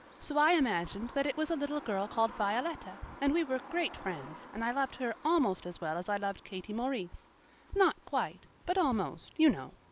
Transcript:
so i imagined that it was a little girl called violetta and we were great friends and i loved her almost as well as i loved katie maurice not quite, but almost, you know.